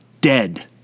dead